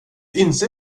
inser